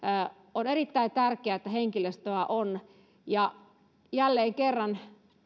on erittäin tärkeää että henkilöstöä on ja jälleen kerran